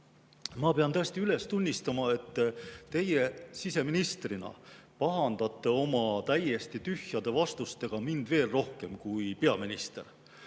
ma pean tõesti tunnistama, et teie siseministrina pahandate mind oma täiesti tühjade vastustega veel rohkem kui peaminister.